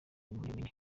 impamyabumenyi